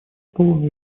полон